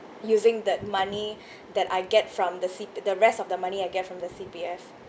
using that money that I get from the c~ the rest of the money I get from the C_P_F